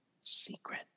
Secret